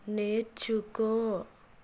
నేర్చుకో